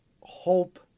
hope